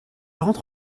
rentre